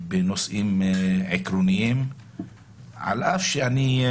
בנושאים עקרוניים שכאלו.